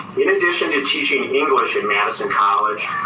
in addition to teaching english at madison college,